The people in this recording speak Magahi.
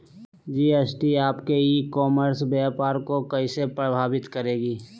जी.एस.टी आपके ई कॉमर्स व्यापार को कैसे प्रभावित करेगी?